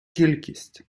кількість